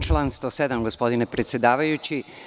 Član 107. gospodine predsedavajući.